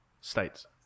States